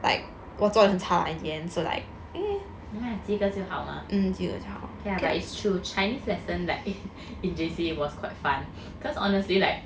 nevermind 及格就好 mah okay lah it's true chinese lesson like in J_C was quite fun cause honestly like